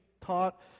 taught